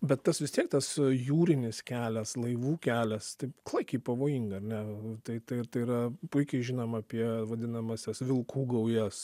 bet tas vis tiek tas jūrinis kelias laivų kelias taip klaikiai pavojinga ar ne tai tai tai yra puikiai žinom apie vadinamąsias vilkų gaujas